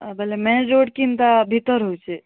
ବେଲେ main road କି ହେନ୍ତା ଭିତର୍ ହଉଛେ